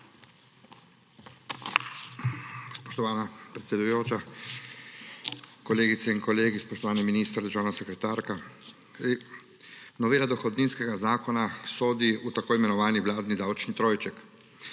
Spoštovana predsedujoča, kolegice in kolegi, spoštovani minister, državna sekretarka! Novela dohodninskega zakona sodi v tako imenovani vladni davčni trojček.